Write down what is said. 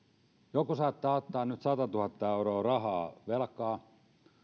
joku saattaa ottaa nyt satatuhatta euroa rahaa velkaa ja